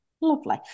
Lovely